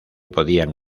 podían